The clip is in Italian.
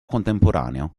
contemporaneo